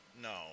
No